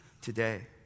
today